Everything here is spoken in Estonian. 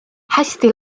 hästi